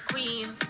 queen